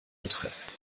betreff